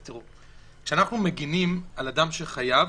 כשאנחנו מגנים על אדם שחייב,